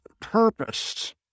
purpose